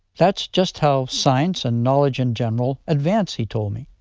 that's just how science, and knowledge in general, advance, he told me.